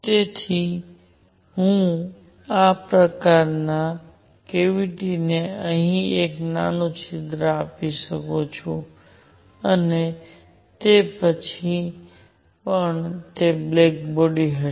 તેથી હું આ આકારમા કેવીટી ને અહીં એક નાનું છિદ્ર આપી શકું છું અને તે પછી પણ તે બ્લેક બોડી હશે